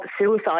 suicide